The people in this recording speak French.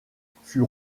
fut